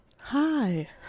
Hi